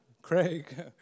Craig